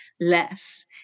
less